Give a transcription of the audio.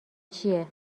چیه